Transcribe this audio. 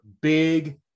big